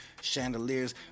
chandeliers